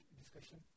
discussion